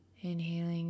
Inhaling